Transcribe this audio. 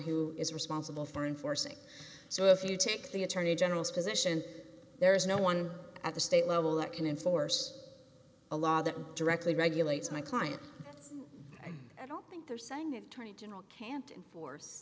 who is responsible for enforcing so if you take the attorney general's position there is no one at the state level that can enforce a law that directly regulates my client and i don't think they're saying that attorney general can't enforce